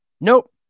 Nope